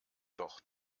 doch